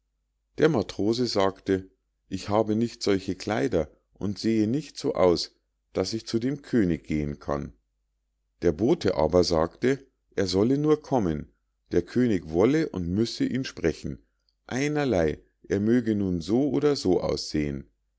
der matrose sagte ich habe nicht solche kleider und sehe nicht so aus daß ich zu dem könig gehen kann der bote aber sagte er solle nur kommen der könig wolle und müsse ihn sprechen einerlei er möge nun so oder so aussehen